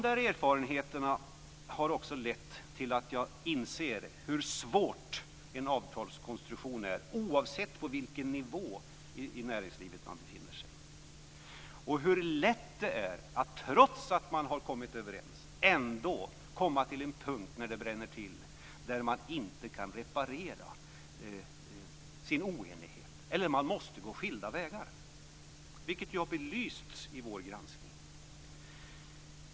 De erfarenheterna har också lett till att jag inser hur svår en avtalskonstruktion är, oavsett på vilken nivå i näringslivet man befinner sig. Och hur lätt det är att trots att man har kommit överens ändå komma till en punkt där det bränner till, där man inte kan reparera sin oenighet eller man måste gå skilda vägar, vilket ju har belysts i vår granskning.